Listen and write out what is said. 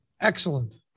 excellent